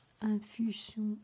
Infusion